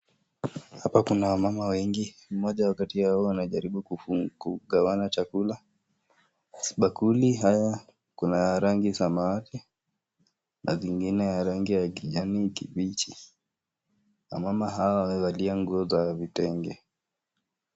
Hapa kuna wamama wengi. Mmoja wa kati ya hao anajaribu kugawanya chakula. Katika bakuli haya, kuna rangi za samawati na vingine ya rangi ya kijani kibichi. Wamama hawa wamevalia nguo za vitenge.